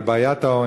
על בעיית העוני.